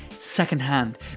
secondhand